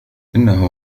إنه